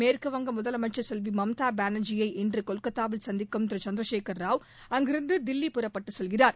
மேற்குவங்க முதலமைச்சர் செல்வி மம்தா பானர்ஜியை இன்று கொல்கத்தாவில் சந்திக்கும் திரு சந்திரசேகர ராவ் அங்கிருந்து தில்லி புறப்பட்டு செல்கிறார்